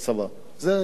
זה היה בזמנים,